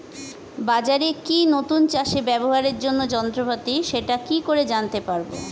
বাজারে কি নতুন চাষে ব্যবহারের জন্য যন্ত্রপাতি সেটা কি করে জানতে পারব?